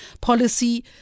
policy